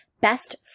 best